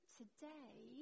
today